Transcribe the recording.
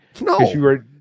no